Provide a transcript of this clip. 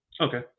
Okay